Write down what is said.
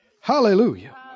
Hallelujah